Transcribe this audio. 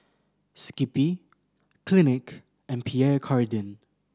Skippy Clinique and Pierre Cardin